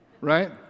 right